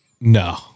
No